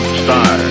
star